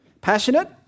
Passionate